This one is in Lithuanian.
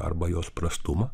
arba jos prastumą